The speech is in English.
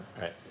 Right